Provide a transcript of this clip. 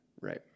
right